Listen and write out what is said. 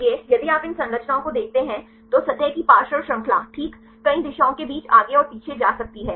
इसलिए यदि आप इन संरचनाओं को देखते हैं तो सतह की पार्श्व श्रृंखला ठीक कई दिशाओं के बीच आगे और पीछे जा सकती है